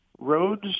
roads